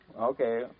Okay